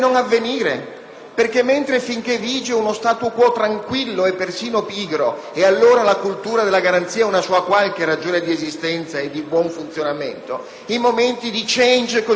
perché, mentre finché vige uno *status* *quo* tranquillo e persino pigro la cultura della garanzia ha una sua qualche ragione di esistenza e di buon funzionamento, in momenti di cambiamento così profondo,